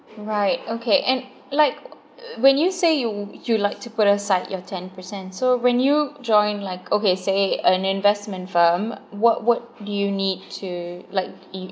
right okay and like when you say you you like to put aside your ten percent so when you join like okay say an investment firm what what do you need to like